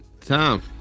tom